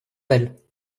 belle